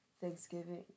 Thanksgiving